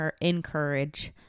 encourage